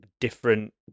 different